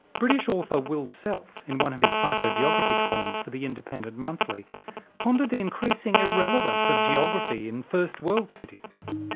british author will self in one of his psychogeography columns for the independent monthly pondered the increasing irrelevance of geography in first world cities.